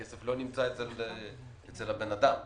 הכסף לא אצל הבן אדם.